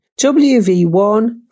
WV1